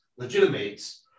legitimates